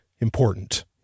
important